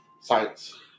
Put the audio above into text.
science